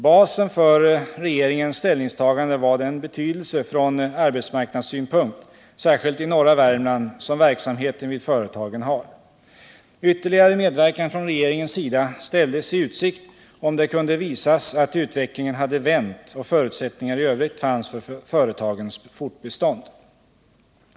Basen för regeringens ställningstagande var den betydelse från arbetsmarknadssynpunkt, särskilt i norra Värmland, som verksamheten vid företagen har. Ytterligare medverkan från regeringens sida ställdes i utsikt, om det kunde visas att utvecklingen hade vänt och förutsättningar i övrigt fanns för företagens fortbestånd.